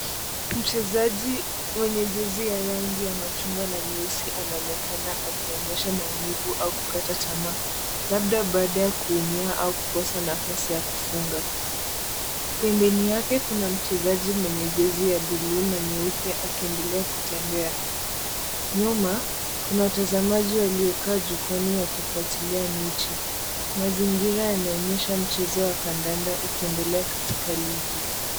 Mchezaji mwenye jezi ya rangi ya machungwa na nyeusi anaonekana akionyesha maumivu au kukata tamaa labda baada ya kuumia au kukosa nafasi ya kufunga. Pembeni yake kuna mchezaji mwenye jezi ya buluu na nyeupe akiendelea kutembea. Nyuma kuna watazamaji waliokaa jukwaani wakifuatilia mechi. Mazingira yanaonyesha mchezo wa kandanda ukiendelea katika ligi.